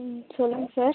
ம் சொல்லுங்கள் சார்